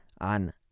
on